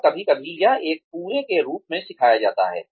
और कभी कभी यह एक पूरे के रूप में सिखाया जाता है